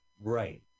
right